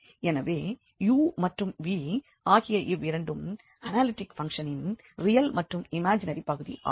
எனவே u மற்றும் v ஆகிய இவ்விரண்டும் அனாலிட்டிக் பங்க்ஷனின் ரியல் மற்றும் இமாஜினரி பகுதி ஆகும்